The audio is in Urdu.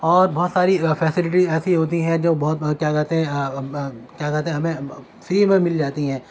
اور بہت ساری فیسلیٹیز ایسی ہوتی ہیں جو بہت کیا کہتے ہیں کیا کہتے ہیں ہمیں فری میں مل جاتی ہیں